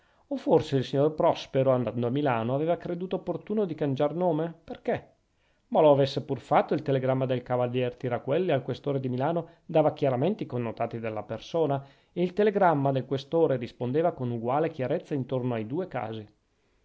o forse il signor prospero andando a milano aveva creduto opportuno di cangiar nome perchè ma lo avesse pur fatto il telegramma del cavalier tiraquelli al questore di milano dava chiaramente i connotati della persona e il telegramma del questore rispondeva con uguale chiarezza intorno ai due casi